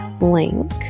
link